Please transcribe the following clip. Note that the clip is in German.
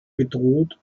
bedroht